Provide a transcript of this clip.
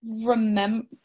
remember